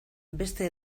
beste